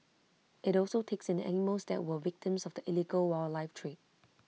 IT also takes in animals that were victims of the illegal wildlife trade